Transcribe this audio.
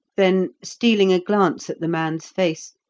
then, stealing a glance at the man's face,